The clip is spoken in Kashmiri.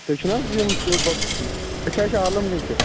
تُہۍ چھُو نَہ حظ یِم فریوٹ بۄکٕس کٕنان أسۍ حظ چھِ عالم گنج پٮ۪ٹھ